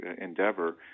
endeavor